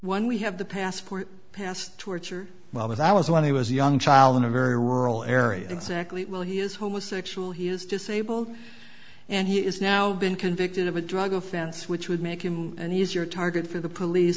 one we have the passport passed torture well that was when he was a young child in a very rural area exactly well he is homosexual he is disabled and he is now been convicted of a drug offense which would make him an easier target for the police